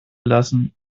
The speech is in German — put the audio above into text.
lassen